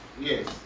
Yes